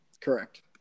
Correct